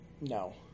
No